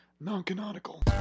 Non-canonical